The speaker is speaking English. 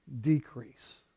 decrease